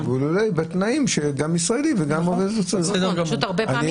בתנאים שגם ישראלי וגם זר --- פשוט הרבה פעמים